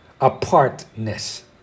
apartness